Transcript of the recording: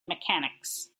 mechanics